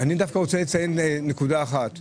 אני רוצה לציין נקודה אחת.